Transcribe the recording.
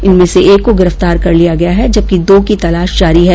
इनमें से एक को गिरफ्तार कर लिया गया है जबकि दो की तलाश जारी है